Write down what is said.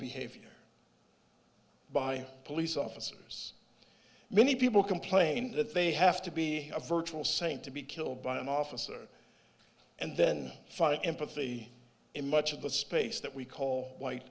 behavior by police officers many people complain that they have to be a virtual saint to be killed by an officer and then find empathy in much of the space that we call white